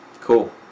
Cool